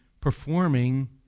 performing